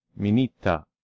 Minita